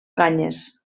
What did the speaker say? canyes